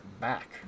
back